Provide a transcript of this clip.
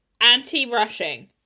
anti-rushing